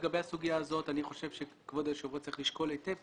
לגבי הסוגיה הזאת אני חושב שכבוד היושב ראש צריך לשקול היטב.